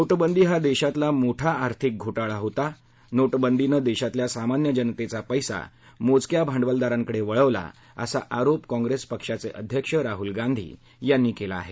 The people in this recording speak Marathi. नोटबंदी हा देशातला मोठा आर्थिक घोटाळा होता नोटबंदीनं देशातल्या सामान्य जनतेचा पैसा मोजक्या भांडवलदारांकडे वळवला असा आरोप काँग्रेस पक्षाचे अध्यक्ष राहूल गांधी यांनी केला आहे